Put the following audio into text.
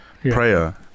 prayer